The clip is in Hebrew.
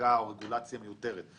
חקיקה או רגולציה מיותרת.